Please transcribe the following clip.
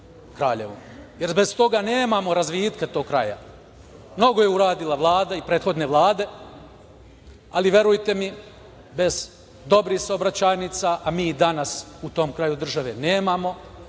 jer bez toga nemamo razvitka tog kraja. Mnogo je uradila Vlada i prethodne vlade, ali, verujte mi, bez dobrih saobraćajnica, a mi ih danas u tom kraju države nemamo,